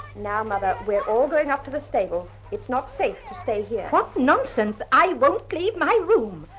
now, mother, we're all going up to the stable, it's not safe to stay here. what nonsense, i won't leave my room.